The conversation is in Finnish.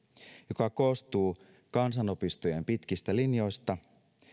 joka koostuu kansanopistojen pitkistä linjoista